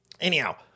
Anyhow